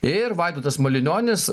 ir vaidotas malinionis